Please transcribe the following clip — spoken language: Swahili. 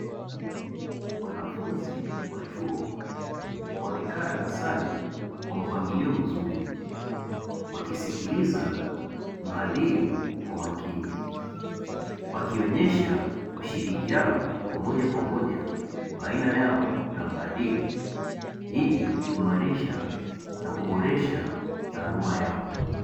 Wanafunzi wa chuo wamekaa darasani kwa mpangilio mzuri wakisiskiliza muhadhiri kwa makini, wakionyesha ushirikiano wa moja kwa moja baina yao na muhadhiri, ili kuimarisha na kuboresha taaluma yao.